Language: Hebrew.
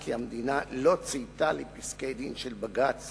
כי המדינה לא צייתה לפסקי-דין של בג"ץ